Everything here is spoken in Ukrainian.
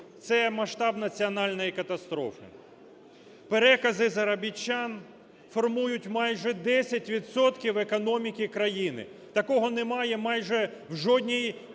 Це масштаб національної катастрофи. Перекази заробітчан формують майже 10 відсотків економіки країни. Такого немає майже в жодній країні